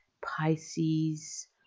Pisces